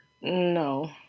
No